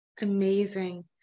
Amazing